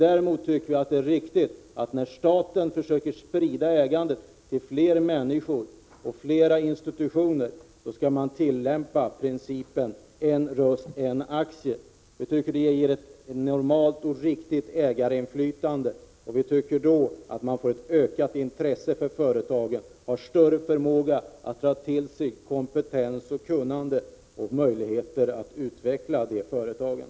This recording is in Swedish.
Däremot tycker vi att det är riktigt att man tillämpar principen en aktie, en röst när staten försöker sprida ägandet till flera människor och flera institutioner. Man får då ett normalt och riktigt ägarinflytande. Det medför att man får ett ökat intresse för företagen, större förmåga att dra till sig kompetens och kunnande och möjligheter att utveckla företagen.